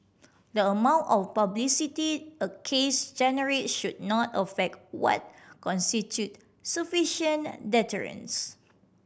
the amount of publicity a case generate should not affect what constitute sufficient deterrence